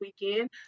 weekend